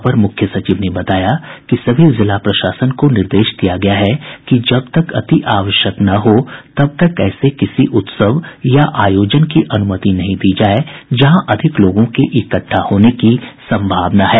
अपर मुख्य सचिव ने बताया कि सभी जिला प्रशासन को निर्देश दिया गया है कि जब तक अतिआवश्यक न हो तब तक ऐसे किसी उत्सव या आयोजन की अनुमति नहीं दी जाए जहां अधिक लोगों के इकट्ठा होने की संभावना है